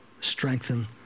strengthen